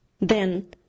Then